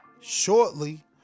shortly